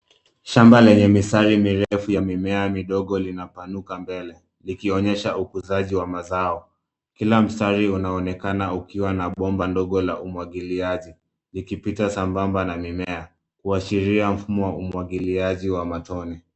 Shamba lenye mistari mirefu ya mimea midogo linapanuka mbele, likionyesha ukuuzaji wa mazao. Kila mstari unaonekana ukiwa na bomba ndogo la umwagiliaji, likipita sambamba na mimea, kuashiria mfumo wa umwagiliaji wa matone.